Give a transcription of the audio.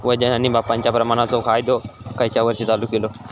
वजन आणि मापांच्या प्रमाणाचो कायदो खयच्या वर्षी चालू केलो?